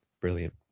brilliant